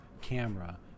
camera